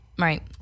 Right